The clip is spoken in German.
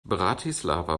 bratislava